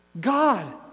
God